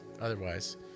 otherwise